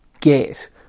get